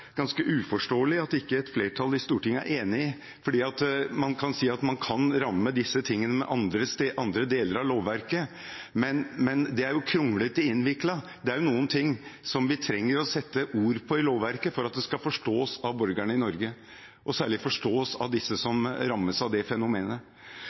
ganske uforståelig at ikke et flertall i Stortinget er enig i, fordi man kan si at man kan ramme disse tingene med andre deler av lovverket. Men det er jo kronglete og innviklet. Det er noen ting som vi trenger å sette ord på i lovverket for at det skal forstås av borgerne i Norge, og særlig forstås av disse